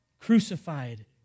crucified